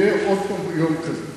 יהיה עוד פעם יום כזה,